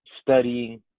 studying